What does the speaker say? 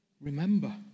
Remember